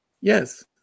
Yes